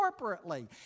corporately